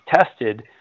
tested